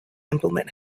implement